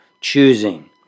choosing